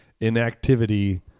inactivity